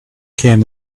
came